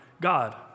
God